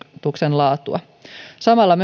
laatua samalla